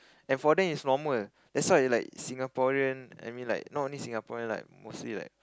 and for them is normal that's why like Singaporeans I mean like not only Singaporeans like mostly like